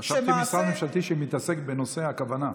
חשבתי משרד ממשלתי שמתעסק בנושא הכוונה.